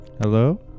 Hello